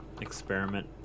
experiment